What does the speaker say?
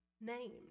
named